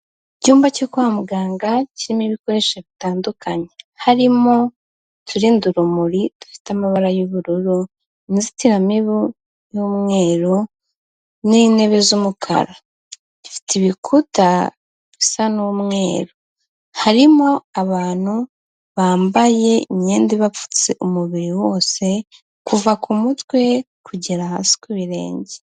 Icyumba cyo kwa muganga kirimo ibikoresho bitandukanye, harimo uturinda urumuri dufite amabara y'ubururu, inzitiramibu y'umweru n'intebe z'umukara, gifite ibikuta bisa n'umweru, harimo abantu bambaye imyenda ibapfutse umubiri wose kuva ku mutwe kugera hasi ku birenge.